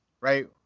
Right